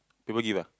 they will give ah